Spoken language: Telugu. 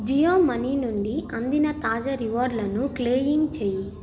జియో మనీ నుండి అందిన తాజా రివార్డులను క్లెయిమ్ చేయి